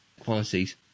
qualities